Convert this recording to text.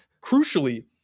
crucially